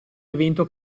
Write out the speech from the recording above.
evento